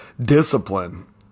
discipline